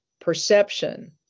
perception